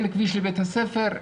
אין כביש לבית הספר,